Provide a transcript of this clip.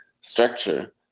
structure